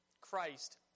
Christ